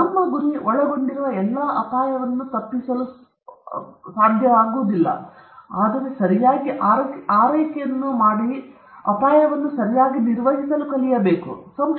ನಮ್ಮ ಗುರಿ ಒಳಗೊಂಡಿರುವ ಎಲ್ಲಾ ಅಪಾಯಗಳನ್ನು ತಪ್ಪಿಸುವಂತಿಲ್ಲ ಆದರೆ ಸರಿಯಾಗಿ ಆರೈಕೆಯನ್ನು ಮತ್ತೆ ಅಪಾಯವನ್ನು ಸರಿಯಾಗಿ ನಿರ್ವಹಿಸುವುದು ಹೇಗೆ